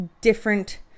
different